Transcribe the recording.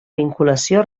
vinculació